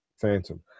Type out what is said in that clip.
phantom